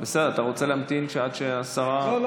אתה רוצה להמתין עד שהשרה תחזור?